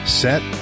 set